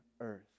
earth